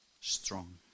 strong